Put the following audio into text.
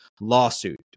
lawsuit